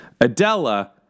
Adela